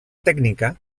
tècnica